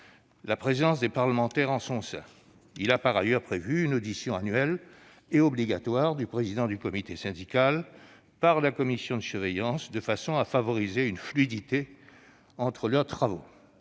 la présence des parlementaires en son sein. Il a, par ailleurs, prévu une audition annuelle et obligatoire du président du comité syndical par la commission de surveillance, de façon à favoriser la fluidité entre leurs travaux.